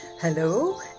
hello